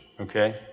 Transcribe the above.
okay